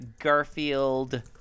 Garfield